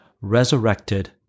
resurrected